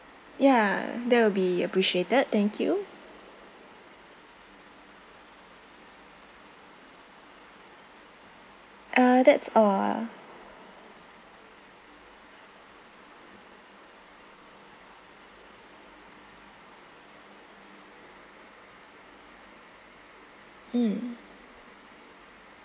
ya that will be appreciated thank you uh that's all ah mm